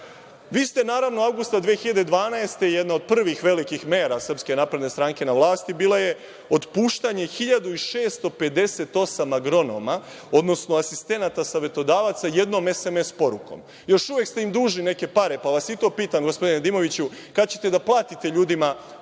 Naravno, avgusta 2012. godine, jedna od prvih velikih mera SNS na vlasti bilo je otpuštanje 1.658 agronoma, odnosno asistenata savetodavaca jednom SMS-om porukom. Još uvek ste im dužni neke pare, pa vas i to pitam, gospodine Nedimoviću, kada ćete da platite ljudima